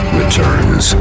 returns